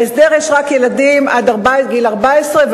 בהסדר יש רק ילדים עד גיל 14,